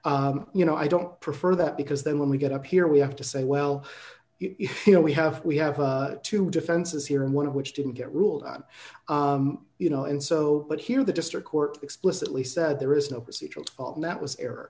do you know i don't prefer that because then when we get up here we have to say well you know we have we have a two defenses here and one which didn't get ruled on you know and so but here the district court explicitly said there is no procedural and that was